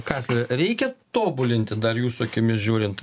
kanslere reikia tobulinti dar jūsų akimis žiūrint